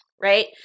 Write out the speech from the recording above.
Right